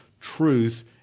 truth